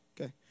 Okay